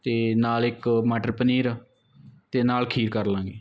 ਅਤੇ ਨਾਲ ਇੱਕ ਮਟਰ ਪਨੀਰ ਅਤੇ ਨਾਲ ਖੀਰ ਕਰ ਲਵਾਂਗੇ